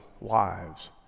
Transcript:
lives